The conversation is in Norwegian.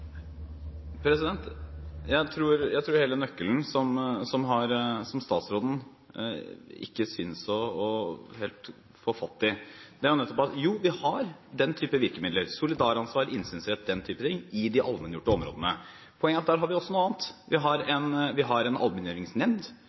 Jeg tror hele nøkkelen, som statsråden ikke synes helt å få fatt i, er: Jo, vi har den type virkemidler – solidaransvar, innsynsrett og den type ting – i de allmenngjorte områdene. Poenget er at der har vi også noe annet. Vi har en allmenngjøringsnemnd. Vi har